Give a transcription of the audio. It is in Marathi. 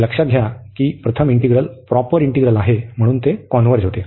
आणि लक्षात घ्या की प्रथम इंटिग्रल प्रॉपर इंटिग्रल आहे म्हणूनच ते कॉन्व्हर्ज होते